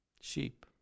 sheep